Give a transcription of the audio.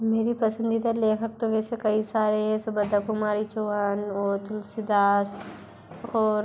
मेरी पसंदीदा लेखक तो वेसे कई सारे है सुभद्रा कुमारी चौहान ओर तुलसी दास ओर